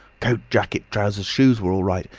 coat, jacket, trousers, shoes were all right,